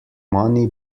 money